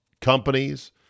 companies